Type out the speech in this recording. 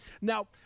Now